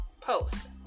post